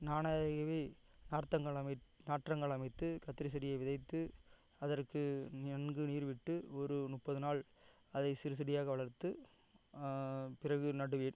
நானாகவே நார்த்தங்கால் அமை நாற்றங்கால் அமைத்து கத்திரி செடியை விதைத்து அதற்கு நன்கு நீர் விட்டு ஒரு முப்பது நாள் அதை சிறு செடியாக வளர்த்து பிறகு நடுவேன்